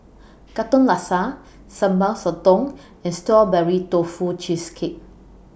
Katong Laksa Sambal Sotong and Strawberry Tofu Cheesecake